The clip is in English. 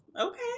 Okay